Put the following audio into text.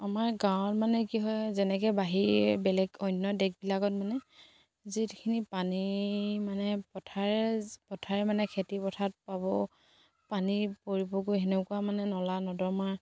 আমাৰ গাঁৱত মানে কি হয় যেনেকে বাহি বেলেগ অন্য দেশবিলাকত মানে যিখিনি পানী মানে পথাৰে পথাৰে মানে খেতি পথাৰত পাব পানী পৰিবগৈ সেনেকুৱা মানে নলা নৰ্দমা